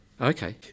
Okay